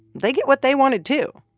they get what they wanted, too.